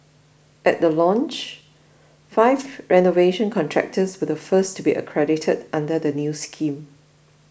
at the launch five renovation contractors were the first to be accredited under the new scheme